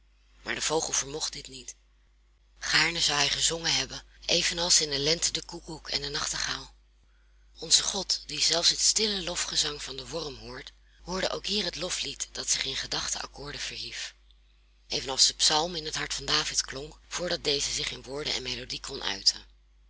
maar de vogel vermocht dit niet gaarne zou hij gezongen hebben evenals in de lente de koekoek en de nachtegaal onze god die zelfs het stille lofgezang van den worm hoort hoorde ook hier het loflied dat zich in gedachtenakkoorden verhief evenals de psalm in het hart van david klonk voordat deze zich in woorden en melodie kon uiten